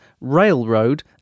railroad